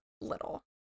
little